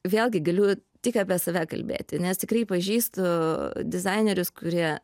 vėlgi galiu tik apie save kalbėti nes tikrai pažįstu dizainerius kurie